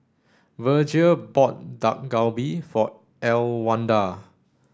Virgia bought Dak Galbi for Elwanda